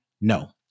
no